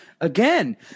again